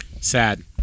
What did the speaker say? Sad